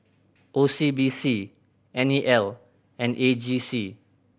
O C B C N E L and A G C